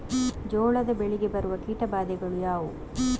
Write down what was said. ಜೋಳದ ಬೆಳೆಗೆ ಬರುವ ಕೀಟಬಾಧೆಗಳು ಯಾವುವು?